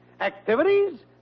Activities